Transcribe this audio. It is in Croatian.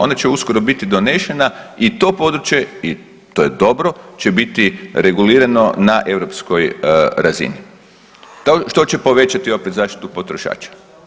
Ona će uskoro biti donešena i to područje i to je dobro će biti regulirano na europskoj razini, što će povećati opet zaštitu potrošača.